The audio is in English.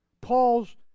Paul's